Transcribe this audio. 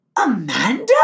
Amanda